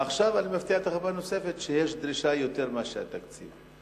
ועכשיו אני מפתיע אותך פעם נוספת שיש דרישה יותר מאשר תקציב.